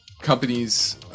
companies